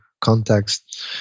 context